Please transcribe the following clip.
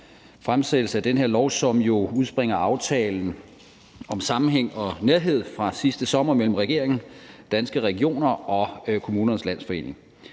fremsættelse af det her lovforslag, som jo udspringer af »aftale om sammenhæng og nærhed« fra sidste sommer mellem regeringen, Danske Regioner og Kommunernes Landsforening.